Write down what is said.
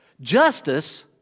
Justice